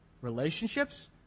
relationships